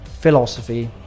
philosophy